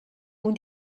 nun